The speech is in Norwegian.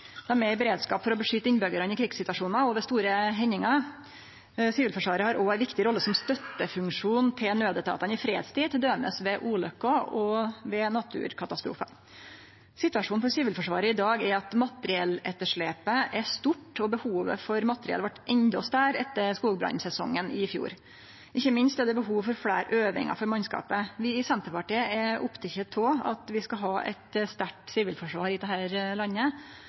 Dei er i beredskap for å beskytte innbyggjarane i krigssituasjonar og ved store hendingar. Sivilforsvaret har òg ei viktig rolle som støttefunksjon til naudetatane i fredstid, t.d. ved ulykker og ved naturkatastrofar. Situasjonen for Sivilforsvaret i dag er at materielletterslepet er stort, og behovet for materiell vart endå større etter skogbrannsesongen i fjor. Ikkje minst er det behov for fleire øvingar for mannskapet. Vi i Senterpartiet er opptekne av at vi skal ha eit sterkt sivilforsvar i dette landet.